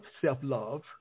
self-love